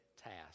task